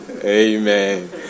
Amen